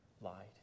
lied